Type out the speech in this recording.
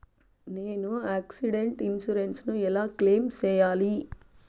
నేను accidental insurance ను ఎలా క్లెయిమ్ సేయాలి?